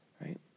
right